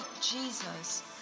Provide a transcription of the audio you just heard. Jesus